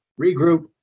regroup